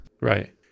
Right